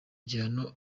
gihano